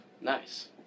Nice